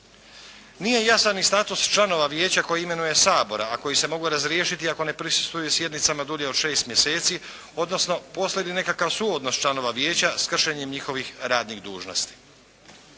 Nije jasan ni status članova Vijeća koje imenuje Sabor, a koji se mogu razriješiti ako ne prisustvuju sjednicama dulje od šest mjeseci, odnosno postaju nekakav suodnos članova Vijeća s kršenjem njihovih radnih dužnosti.